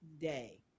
day